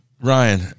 Ryan